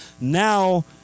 now